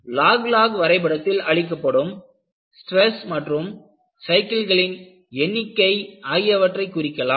lock log வரைபடத்தில் அளிக்கப்படும் stress மற்றும் சைக்கிள்களின் எண்ணிக்கை ஆகியவற்றை குறிக்கலாம்